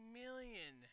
million